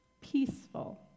peaceful